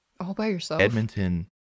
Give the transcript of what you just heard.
Edmonton